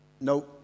No